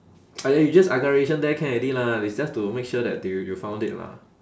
!aiya! you just agaration there can already lah it's just to make sure that you you found it lah